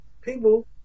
People